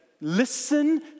listen